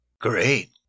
Great